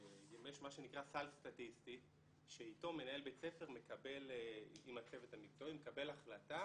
מה שנקרא סל סטטיסטי שאיתו מנהל בית ספר עם הצוות המקצועי מקבל החלטה